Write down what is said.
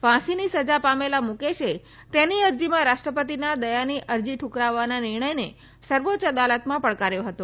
ફાંસીની સજા પામેલા મૂકેશે તેની અરજીમાં રાષ્ટ્રપતિના દયાની અરજી ઠકરાવવાના નિર્ણયને સર્વોચ્ય અદાલતમાં પડકાર્યો હતો